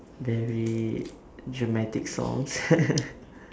very dramatic songs